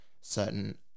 certain